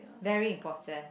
very important